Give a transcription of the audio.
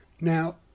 Now